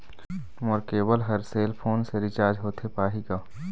मोर cable हर cell phone से recharge होथे पाही का?